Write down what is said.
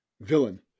villain